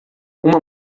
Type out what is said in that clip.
uma